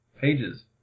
pages